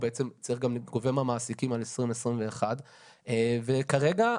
הוא בעצם גובה מהמעסיקים על 2020-2021. וכרגע,